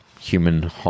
human